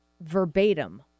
verbatim